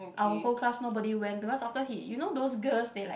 our whole class nobody went because after he you know those girls they like